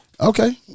Okay